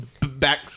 back